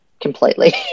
completely